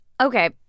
Okay